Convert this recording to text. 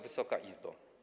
Wysoka Izbo!